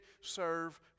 serve